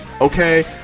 okay